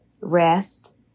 rest